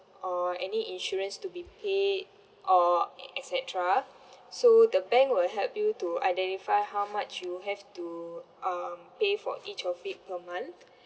or any insurance to be paid or et cetera so the bank will help you to identify how much you have to um pay for each of it per month